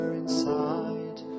inside